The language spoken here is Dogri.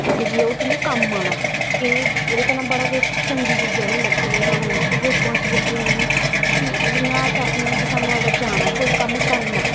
अग्गें जाइयै ओह् तुंदे कम्म आना एह्दे एह्दे कन्नै बड़ा किश चंगी चीजां बी लभदियां सानूं इक रिस्पांसिबिल्टी होंदी कि जियां अस आक्खने आं कि सानूं अगर जाना ऐ कोई कम्म करना ऐ